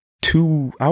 two